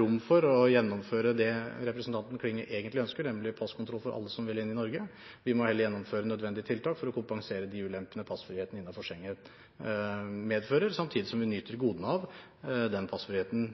rom for å gjennomføre det representanten Klinge egentlig ønsker, nemlig passkontroll for alle som vil inn i Norge. Vi må heller gjennomføre nødvendige tiltak for å kompensere for de ulempene passfriheten innenfor Schengen medfører, samtidig som vi andre nyter godene av denne passfriheten.